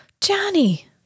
Johnny